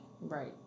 right